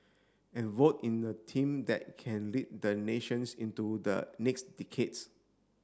and vote in a team that can lead the nations into the next decades